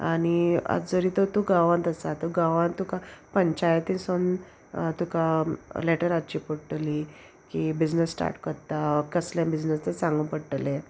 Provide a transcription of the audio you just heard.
आनी आज जरी तर तूं गांवांत आसा तो गांवांत तुका पंचायतीसून तुका लॅटर हाडची पडटली की बिजनस स्टार्ट कोत्ता कसलें बिजनस तें सांगूं पडटलें